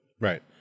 right